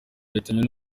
yahitanye